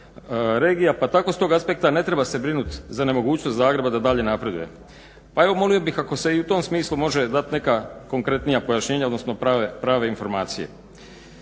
pa tako s tog aspekta ne treba se brinuti za nemogućnost Zagreba da dalje napreduje. Pa eto molio bih ako se i u tom smislu može dati neka konkretnija pojašnjenja odnosno prave informacije.